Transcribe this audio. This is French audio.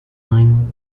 ung